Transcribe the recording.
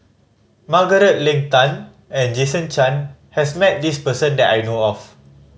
Margaret Leng Tan and Jason Chan has met this person that I know of